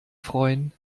freuen